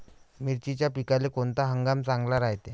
मिर्चीच्या पिकाले कोनता हंगाम चांगला रायते?